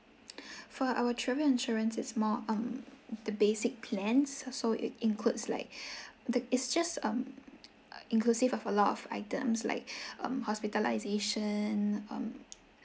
for our travel insurance it's more on the basic plans so it includes like the it's just um inclusive of a lot of items like um hospitalization um